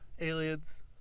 Aliens